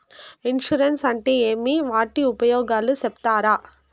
Insurance అంటే ఏమి? వాటి ఉపయోగాలు సెప్తారా?